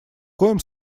коем